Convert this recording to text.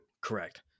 correct